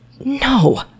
No